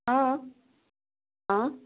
हँ हँ